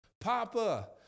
Papa